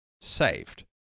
saved